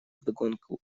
вдогонку